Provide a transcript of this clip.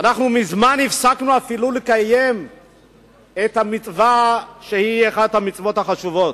אנחנו מזמן הפסקנו לקיים את המצווה שהיא אחת המצוות החשובות.